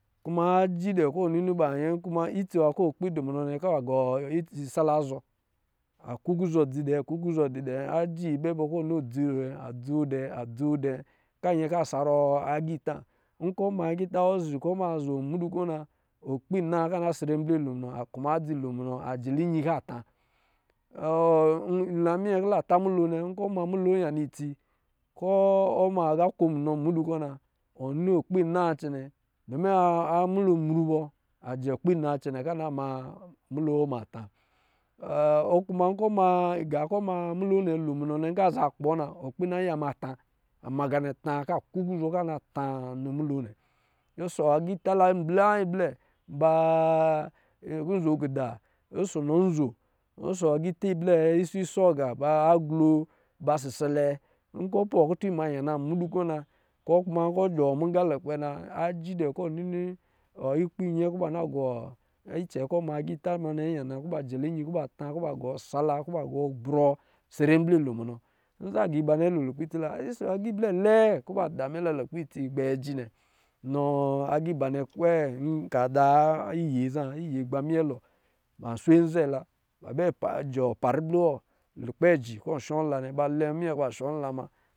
Kuma aji dɛ kɔ̄ nini ba yɛ, ku itsi nwa kɔ̄ a dɔ̄ munɔ nnɛ ka je sala azɔ aku kuzɔ dzi dɛɛ aku kuzɔ dzi dɛɛ. Aji bɛ bɔ kɔ̄ noo adzo dɛ adzo dɛ ka nfɛ ka sarɔ agita nkɔ̄ ma agita wɔ zi kɔ̄ ma zo mudud kɔ̄ na okpi na ka ba sere nble lo munɔ kuma adzi lo munɔ a jili iyi ka ta, ɔ la minyɛ ki la ta mulo nnɛ nkɔ̄ ma mulo yana itsi, kɔ̄ ɔ ma agá ko munɔ nnudu kɔ̄ na ɔ ni okpi an naa cɛnɛ dumi mulo mru bɔ an jɛ kpi naa cɛnɛ na ma mulo wɔ ma ta gá kɔ̄ ma mulo nnɛ lo munɔ nnɛ nkɔ̄ a za kpɔɔ na okpi na iya mata ama ga nnɛ ta kɔ̄ a kukuzɔ ka nata nɔ mulom ɔsɔ̄ agita la an bla ablɛ baa nzo kida ɔsɔ̄ nɔ nzo ɔsɔ̄ agita ablɛ isiɔ agá ba aglo ba sisɛlɛ nkɔ̄ pɔɔ kutu ma yana mudu kɔ̄ na kɔ̄ kuma kɔ̄ yɔ, muga lukpɛ na aji dɛ kɔ̄ ɔ nini ikpi ba nyɛ kɔ̄ ba na gɔ icɛ kɔ̄ ma agita nnɛ yana kɔ̄ ba jɛlɛ iyi kɔ̄ ba ta kɔ̄ ba gɔ sala, kɔ̄ ba ga brɔ sere nble lo munɔ n nza aga ba nnɛ lo lukpɛ itsi la nsɔ̄ nza agá blɛ lɛɛ vɔ̄ ba dɔ dami la lukpɛ itsi gbɛ je nnɛ nɔ agiba ba nnɛ kwe nka da a iyeza iyee gba minye ab ba swe nze la, ba bɛ jɔɔ pa ribli wɔ lukpɛ ji kɔ̄ shala nnɛ ba lɛɛ ba minyɛ kɔ̄ ba shɔ nla muna